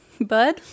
Bud